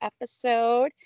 episode